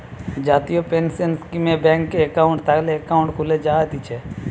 জাতীয় পেনসন স্কীমে ব্যাংকে একাউন্ট থাকলে একাউন্ট খুলে জায়তিছে